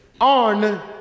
on